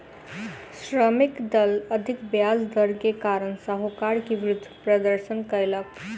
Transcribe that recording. श्रमिकक दल अधिक ब्याज दर के कारण साहूकार के विरुद्ध प्रदर्शन कयलक